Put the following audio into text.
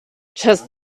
just